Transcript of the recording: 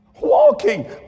walking